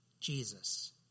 Jesus